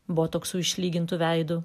botoksu išlygintu veidu